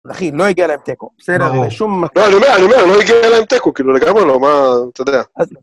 אחי, לא הגיע להם תיקו, בסדר? ברור בשום... לא, אני אומר, אני אומר, לא הגיע להם תיקו, כאילו, לגמרי לא, מה... אתה יודע.